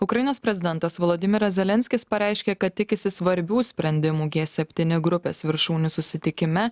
ukrainos prezidentas volodymyras zelenskis pareiškė kad tikisi svarbių sprendimų gie septyni grupės viršūnių susitikime